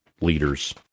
leaders